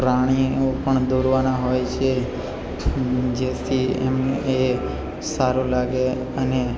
પ્રાણીઓ પણ દોરવાના હોય છે જેથી એમ એ સારું લાગે અને